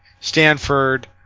Stanford